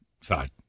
side